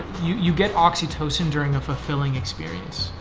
you you get oxytocin during a fulfilling experience?